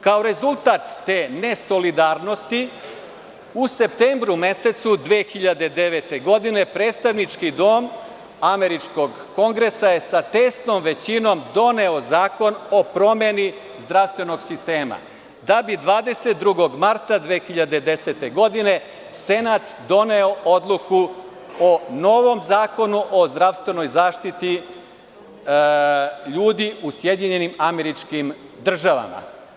Kao rezultat te nesolidarnosti, u septembru 2009. godine, predstavnički dom američkog kongresa je sa tesnom većinom doneo Zakon o promeni zdravstvenog sistema, da bi 22. marta 2010. godine, Senat doneo odluku o novom zakonu o zdravstvenoj zaštiti ljudi u SAD.